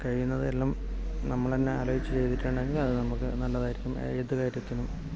കഴിയുന്നതും എല്ലാം നമ്മൾ തന്നെ ആലോചിച്ച് ചെയ്തിട്ടാണെങ്കിൽ അത് നമുക്ക് നല്ലതായിരിക്കും ഏതു കാര്യത്തിനും